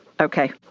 Okay